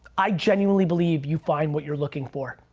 i genuinely believe you find what you're looking for.